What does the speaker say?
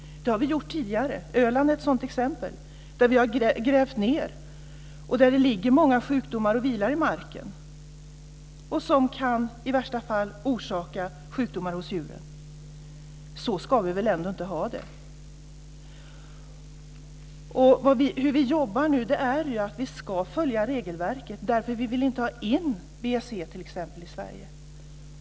Det har vi gjort tidigare. Öland är ett sådant exempel. Där har vi grävt ned och där ligger många sjukdomar och vilar i marken som i värsta fall kan orsaka sjukdomar hos djur. Så ska vi väl ändå inte ha det. Det sätt som vi jobbar på nu är att vi ska följa regelverket, därför att vi inte vill ha in t.ex. BSE i Sverige.